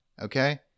okay